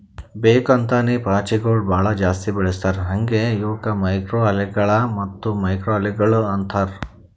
ಬೇಕ್ ಅಂತೇನೆ ಪಾಚಿಗೊಳ್ ಭಾಳ ಜಾಸ್ತಿ ಬೆಳಸ್ತಾರ್ ಹಾಂಗೆ ಇವುಕ್ ಮೈಕ್ರೊಅಲ್ಗೇಗಳ ಮತ್ತ್ ಮ್ಯಾಕ್ರೋಲ್ಗೆಗಳು ಅಂತಾರ್